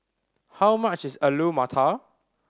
how much is Alu Matar